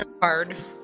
hard